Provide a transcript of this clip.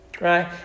right